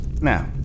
Now